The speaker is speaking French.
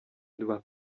doit